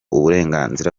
uburenganzira